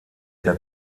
der